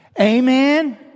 Amen